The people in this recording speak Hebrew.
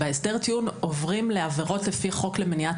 טיעון ובהסדר הטיעון עוברים לעבירות לפי חוק למניעת